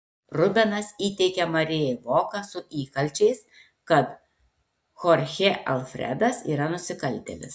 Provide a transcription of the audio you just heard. rubenas įteikia marijai voką su įkalčiais kad chorchė alfredas yra nusikaltėlis